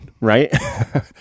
Right